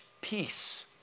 peace